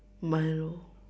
Milo